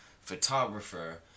photographer